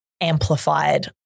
amplified